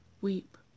weep